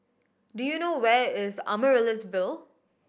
do you know where is Amaryllis Ville